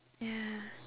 ya